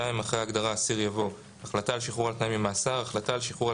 (2)אחרי ההגדרה "אסיר" יבוא: ״החלטה על שחרור על